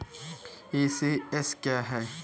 ECS क्या है?